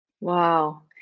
wow